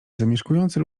zamieszkujący